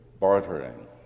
bartering